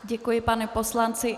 Děkuji panu poslanci.